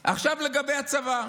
עכשיו, לגבי הצבא,